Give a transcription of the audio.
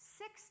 six